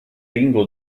egingo